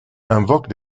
invoquent